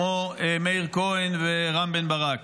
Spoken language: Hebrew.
כמו מאיר כהן ורם בן ברק.